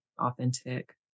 Authentic